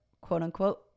quote-unquote